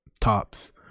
tops